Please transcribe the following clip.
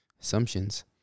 assumptions